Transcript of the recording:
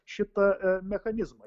šitą mechanizmą